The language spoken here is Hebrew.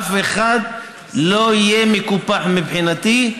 אף אחד לא יהיה מקופח מבחינתי,